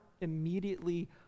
immediately